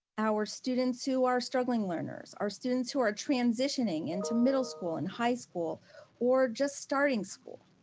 our students who are struggling learners, our students who are transitioning into middle school and high school or just starting school.